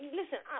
listen